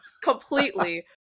Completely